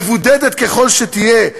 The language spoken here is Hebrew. מבודדת ככל שתהיה,